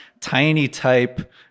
tiny-type